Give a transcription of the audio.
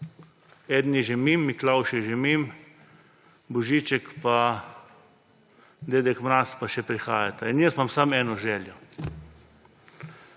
je že mimo, Miklavž je že mimo. Božiček in Dedek Mraz pa še prihajata in jaz imam samo eno željo.